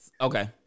okay